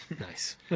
nice